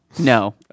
No